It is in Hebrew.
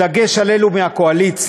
בדגש על אלה מהקואליציה,